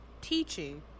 teaching